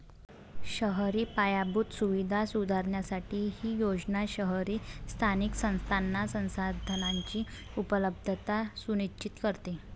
शहरी पायाभूत सुविधा सुधारण्यासाठी ही योजना शहरी स्थानिक संस्थांना संसाधनांची उपलब्धता सुनिश्चित करते